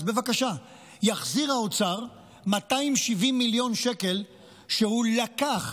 אז בבקשה, יחזיר האוצר 270 מיליון שקל שהוא לקח